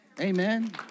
Amen